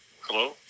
Hello